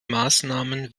maßnahmen